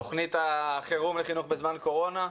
אנחנו מתחילים את הישיבה בנושא תוכנית החירום לחינוך בזמן קורונה,